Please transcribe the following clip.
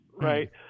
right